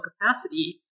capacity